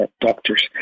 doctors